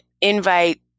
invite